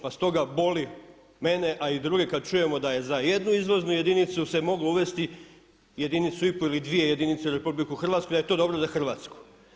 Pa stoga boli mene a i druge kada čujemo da je za jednu izlaznu jedinicu se moglo uvesti jedinicu i pol ili dvije jedinice u RH da je to dobro za Hrvatsku.